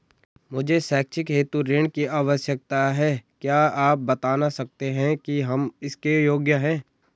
मुझे शैक्षिक हेतु ऋण की आवश्यकता है क्या आप बताना सकते हैं कि हम इसके योग्य हैं?